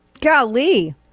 Golly